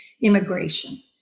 immigration